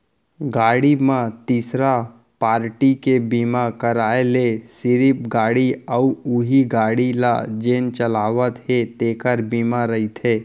गाड़ी म तीसरा पारटी के बीमा कराय ले सिरिफ गाड़ी अउ उहीं गाड़ी ल जेन चलावत हे तेखर बीमा रहिथे